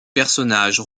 personnage